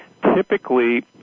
Typically